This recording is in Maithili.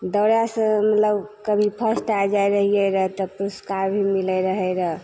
दौड़ेसे मतलब कभी फर्स्ट आ जाइ रहिए रहै तऽ पुरस्कार भी मिलै रहै रहै